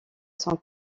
sont